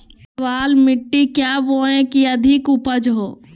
केबाल मिट्टी क्या बोए की अधिक उपज हो?